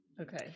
okay